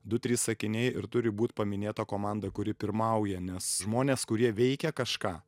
du trys sakiniai ir turi būt paminėta komanda kuri pirmauja nes žmonės kurie veikia kažką